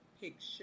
picture